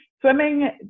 Swimming